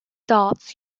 darts